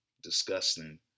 disgusting